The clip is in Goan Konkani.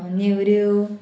नेवऱ्यो